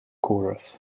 chorus